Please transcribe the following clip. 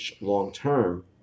long-term